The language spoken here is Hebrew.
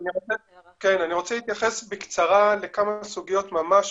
אני רוצה להתייחס בחצי משפט לכמה סוגיות.